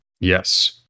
Yes